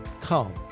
Come